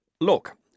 Look